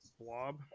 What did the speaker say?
Blob